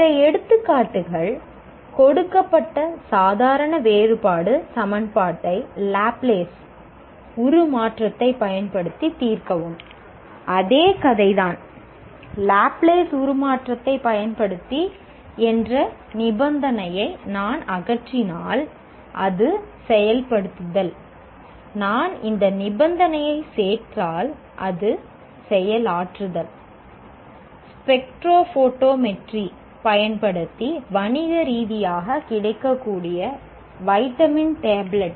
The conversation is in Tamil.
பிற எடுத்துக்காட்டுகள் கொடுக்கப்பட்ட சாதாரண வேறுபாடு சமன்பாட்டை லாப்லேஸ் பயன்படுத்தவில்லை